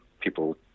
people